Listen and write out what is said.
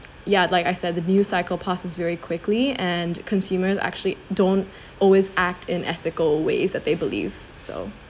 yeah like I said the news cycle passes very quickly and consumers actually don't always act in ethical ways that they believe so